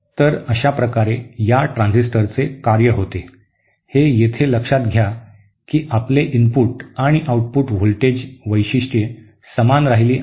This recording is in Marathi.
तर अशा प्रकारे या ट्रान्झिस्टरचे कार्य होते हे येथे लक्षात घ्या की आपले इनपुट आणि आउटपुट व्होल्टेज वैशिष्ट्ये समान राहिली आहेत